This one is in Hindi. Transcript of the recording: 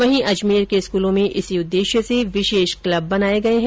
वहीं अजमेर के स्कूलों में इसी उद्देश्य से विशेष क्लेब बनाए गए हैं